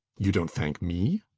you don't thank me?